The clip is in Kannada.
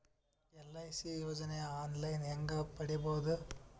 ಎಲ್.ಐ.ಸಿ ಯೋಜನೆ ಆನ್ ಲೈನ್ ಹೇಂಗ ಪಡಿಬಹುದು?